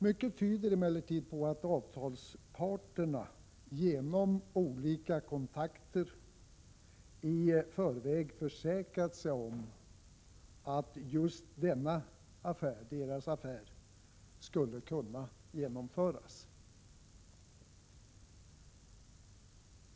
Mycket tyder emellertid på att avtalsparterna genom olika kontakter i förväg försäkrat sig om att just deras affär skulle kunna genomföras.